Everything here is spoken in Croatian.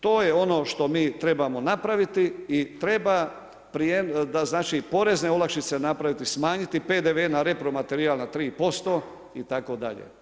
To je ono što mi trebamo napraviti i treba, da znači porezne olakšice napraviti, smanjiti PDV na repromaterijal na 3% itd.